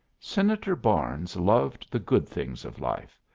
senator barnes loved the good things of life,